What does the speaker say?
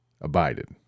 abided